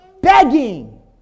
begging